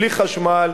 בלי חשמל,